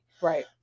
Right